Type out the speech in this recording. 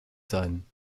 sein